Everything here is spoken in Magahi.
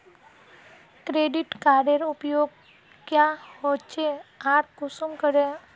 क्रेडिट कार्डेर उपयोग क्याँ होचे आर कुंसम करे?